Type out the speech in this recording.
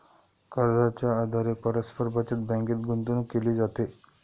कर्जाच्या आधारे परस्पर बचत बँकेत गुंतवणूक केली जाते